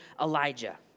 Elijah